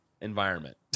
environment